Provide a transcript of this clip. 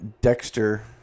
Dexter